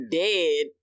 dead